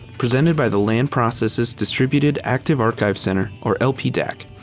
presented by the land processes distributed active archive center or lp daac.